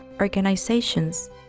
organizations